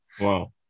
Wow